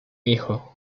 hijo